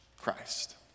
Christ